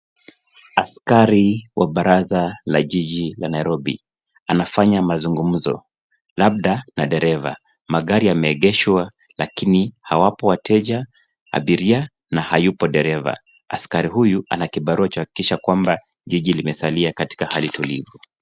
Askari wa baraza la jiji la Nairobi anafanya mazungumzo labda na dereva. Magari yameegeshwa lakini hawapo wateja, abiria na hayupo dereva. Askari huyu ana kibarua cha kuhakikisha kwamba jiji limesalia katika hali tulivu.